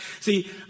See